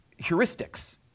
heuristics